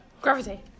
Gravity